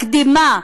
מקדמה,